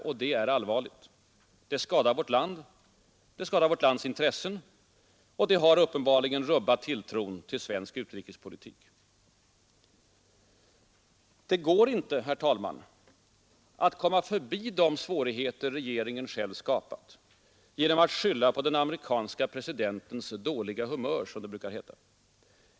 Och det är allvarligt. Det skadar vårt land. Det skadar vårt lands intressen. Det har uppenbarligen rubbat tilltron till svensk utrikespolitik. Det går inte, herr talman, att komma förbi de svårigheter regeringen själv skapat genom att skylla på den amerikanske presidentens ”dåliga humör”, som det brukar heta.